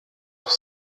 auch